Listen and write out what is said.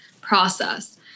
process